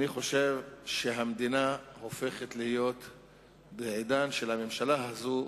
אני חושב שבעידן של הממשלה הזאת,